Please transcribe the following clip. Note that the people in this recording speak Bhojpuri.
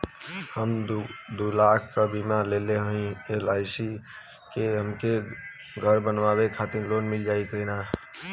हम दूलाख क बीमा लेले हई एल.आई.सी से हमके घर बनवावे खातिर लोन मिल जाई कि ना?